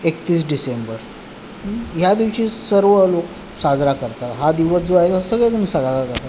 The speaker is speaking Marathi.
एकतीस डिसेंबर ह्या दिवशी सर्व लोक साजरा करतात हा दिवस जो आहे सगळेजण साजरा करतात